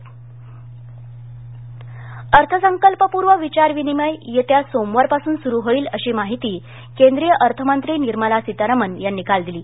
अर्थमंत्री अर्थसंकल्पपूर्व विचारविनिमय येत्या सोमवारपासून सुरू होईल अशी माहिती केंद्रीय अर्थमंत्री निर्मला सीतारामन् यांनी काल दिली